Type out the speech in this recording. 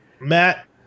Matt